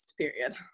Period